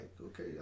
okay